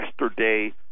yesterday